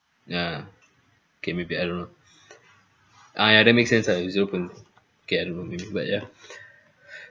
ya okay maybe I don't know ah ya that makes sense uh zero point okay I don't know maybe but ya